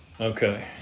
Okay